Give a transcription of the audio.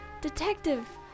Detective